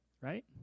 Right